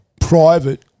private